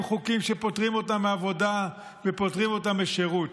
חוקים שפוטרים אותם מעבודה ופוטרים אותם משירות.